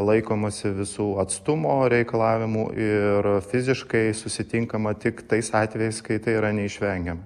laikomasi visų atstumo reikalavimų ir fiziškai susitinkama tik tais atvejais kai tai yra neišvengiama